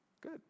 good